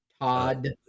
Todd